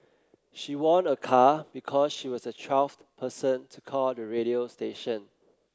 she won a car because she was the twelfth person to call the radio station